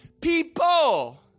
people